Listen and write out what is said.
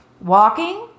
Walking